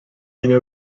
guinée